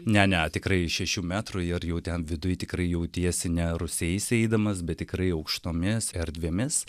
ne ne tikrai šešių metrų ir jau ten viduj tikrai jautiesi ne rūsiais eidamas bet tikrai aukštomis erdvėmis